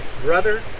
brother